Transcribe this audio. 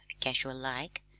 casual-like